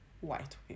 white